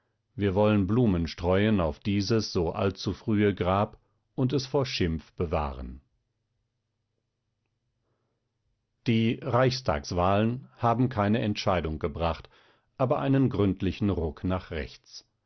wir wollen blumen streuen auf dieses so allzufrühe grab und es vor schimpf bewahren die reichstagswahlen haben keine entscheidung gebracht aber einen gründlichen ruck nach rechts